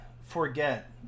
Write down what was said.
forget